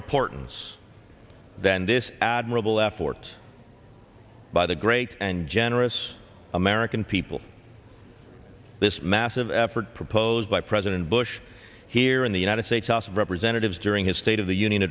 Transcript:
importance than this admirable effort by the great and generous american people this massive effort proposed by president bush here in the united states house of representatives during his state of the union